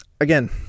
Again